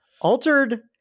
altered